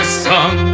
sun